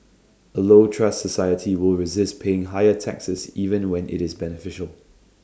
A low trust society will resist paying higher taxes even when IT is beneficial